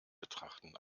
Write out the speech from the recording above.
betrachten